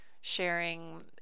sharing